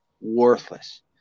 worthless